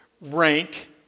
rank